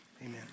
amen